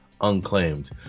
unclaimed